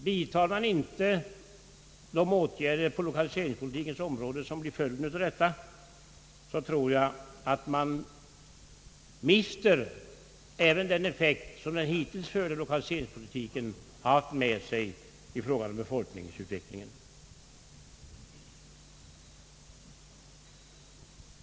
Vidtar man inte de åtgärder på lokaliseringspolitikens område som blir följden av detta, tror jag att man mister även den effekt som den hittills förda lokaliseringspolitiken har fört med sig i fråga om befolkningsutvecklingen.